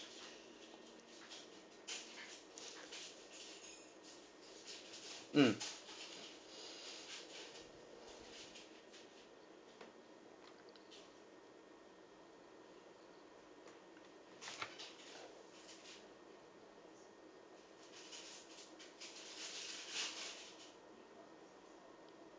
mm